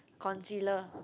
concealer